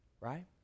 Right